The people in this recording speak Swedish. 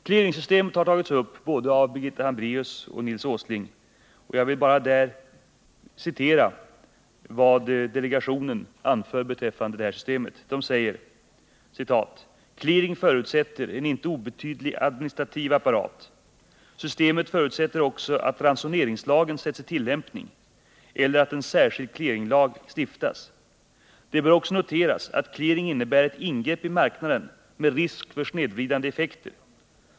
Clearingsystemet har tagits upp av både Birgitta Hambraeus och Nils Åsling. Jag vill bara återge vad delegationen anför beträffande det systemet: Clearing förutsätter en inte obetydlig administrativ apparat. Systemet förutsätter också att ransoneringslagen sätts i tillämpning eller att en särskild clearinglag stiftas. Det bör också noteras att clearing innebär ett ingrepp i marknaden med risk för snedvridande effekter.